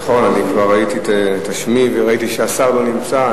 נכון, אני כבר ראיתי את שמי וראיתי שהשר לא נמצא.